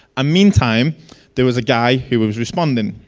ah meantime there was a guy, he was responding.